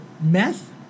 meth